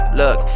look